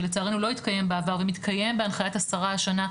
שלצערנו לא התקיים בעבר ומתקיים בהנחיית השרה השנה,